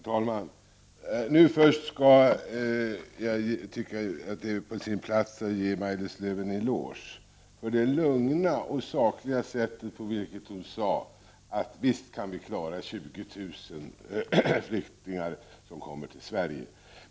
Herr talman! Först vill jag säga att jag tycker att det är på sin plats att ge Maj-Lis Lööw en eloge för hennes lugna och sakliga sätt att tala. Hon sade: Visst kan vi klara att 20 000 flyktingar kommer till Sverige.